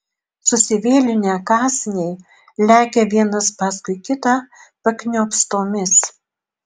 susivėlinę kąsniai lekia vienas paskui kitą pakniopstomis